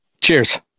Cheers